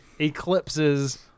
eclipses